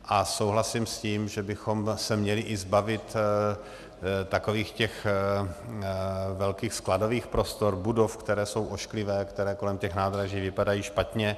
A souhlasím s tím, že bychom se měli i zbavit takových těch velkých skladových prostor, budov, které jsou ošklivé, které kolem těch nádraží vypadají špatně.